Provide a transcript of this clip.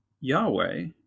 Yahweh